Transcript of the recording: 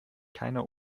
keiner